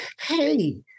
hey